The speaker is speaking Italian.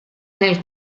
nel